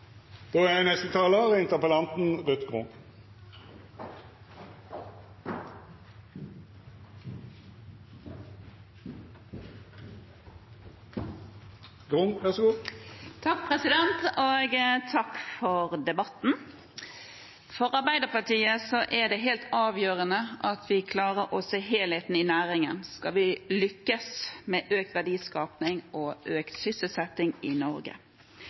for debatten. For Arbeiderpartiet er det helt avgjørende at vi klarer å se helheten i næringen, skal vi lykkes med økt verdiskaping og økt sysselsetting i Norge.